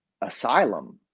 asylum